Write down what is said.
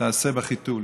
תעשה בחיתול.